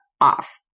off